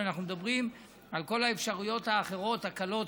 אנחנו מדברים על כל האפשרויות האחרות הקלות,